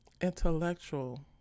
intellectual